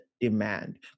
demand